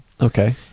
okay